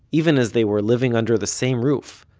even as they were living under the same roof,